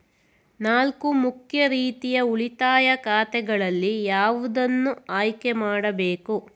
ನಾಲ್ಕು ಮುಖ್ಯ ರೀತಿಯ ಉಳಿತಾಯ ಖಾತೆಗಳಲ್ಲಿ ಯಾವುದನ್ನು ಆಯ್ಕೆ ಮಾಡಬೇಕು?